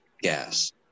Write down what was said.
gas